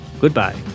Goodbye